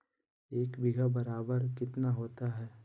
एक बीघा बराबर कितना होता है?